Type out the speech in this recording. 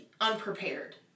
unprepared